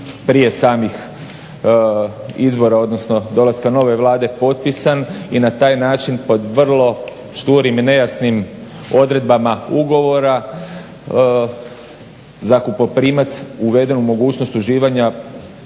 prije samih izbora odnosno dolaska nove Vlade potpisan i na taj način pod vrlo šturim i nejasnim odredbama Ugovora zakupoprimac uveden u mogućnost uživanja